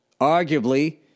Arguably